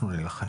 אנחנו נילחם.